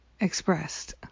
expressed